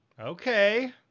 Okay